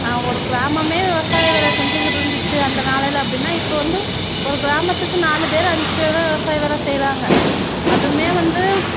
ஒரு கிராமமே விவசாய வேலை செஞ்சுக்கிட்ருந்துச்சி அந்த நாளையில் அப்படின்னா இப்போது வந்து ஒரு கிராமத்துக்கு நாலு பேர் அஞ்சு பேர் தான் விவசாய வேலை செய்கிறாங்க அதுவும் வந்து